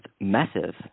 massive